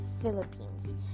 philippines